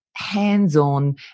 hands-on